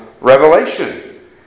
revelation